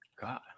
God